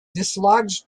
dislodged